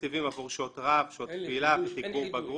שעות רב, שעות תפילה, תגבור בגרות,